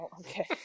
okay